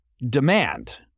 demand